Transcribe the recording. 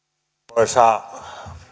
arvoisa